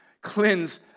Cleanse